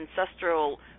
ancestral